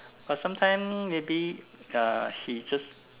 but sometime maybe uh he just